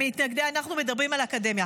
--- לימור סון הר מלך (עוצמה יהודית): אנחנו מדברים על אקדמיה.